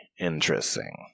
interesting